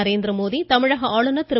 நரேந்திரமோடி தமிழக ஆளுநர் திரு